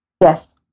Yes